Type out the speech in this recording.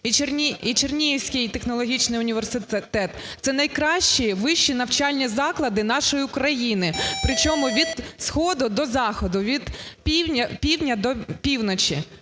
і Чернігівський технологічний університети, це найкращі вищі навчальні заклади нашої України, при чому від сходу до заходу, від півдня до півночі.